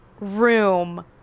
room